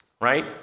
Right